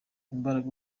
imbaraga